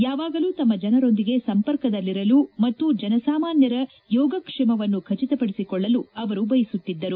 ಯಾವಾಗಲೂ ತಮ್ಮ ಜನರೊಂದಿಗೆ ಸಂಪರ್ಕದಲ್ಲಿರಲು ಮತ್ತು ಜನಸಾಮಾನ್ನರ ಯೋಗಕ್ಷೇಮವನ್ನು ಖಚಿತಪಡಿಸಿಕೊಳ್ಳಲು ಅವರು ಬಯಸುತ್ತಿದ್ದರು